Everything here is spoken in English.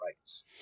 rights